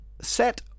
set